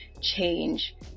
change